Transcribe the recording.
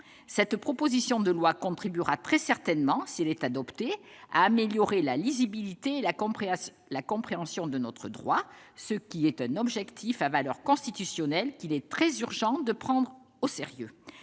Cette proposition de loi contribuera très certainement, si elle est adoptée, à améliorer la lisibilité et la compréhension de notre droit, un objectif à valeur constitutionnelle qu'il est très urgent de prendre au sérieux.